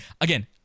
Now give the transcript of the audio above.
again